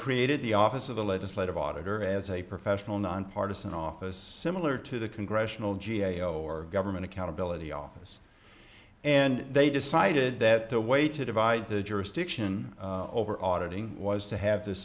created the office of the legislative auditor as a professional nonpartisan office similar to the congressional g a o or government accountability office and they decided that the way to divide the jurisdiction over audit ng was to have th